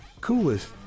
coolest